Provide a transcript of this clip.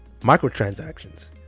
microtransactions